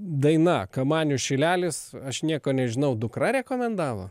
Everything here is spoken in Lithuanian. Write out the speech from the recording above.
daina kamanių šilelis aš nieko nežinau dukra rekomendavo